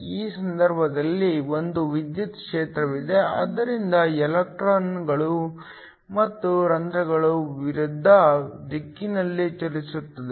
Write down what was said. ಈ ಸಂದರ್ಭದಲ್ಲಿ ಒಂದು ವಿದ್ಯುತ್ ಕ್ಷೇತ್ರವಿದೆ ಆದ್ದರಿಂದ ಎಲೆಕ್ಟ್ರಾನ್ಗಳು ಮತ್ತು ರಂಧ್ರಗಳು ವಿರುದ್ಧ ದಿಕ್ಕಿನಲ್ಲಿ ಚಲಿಸುತ್ತವೆ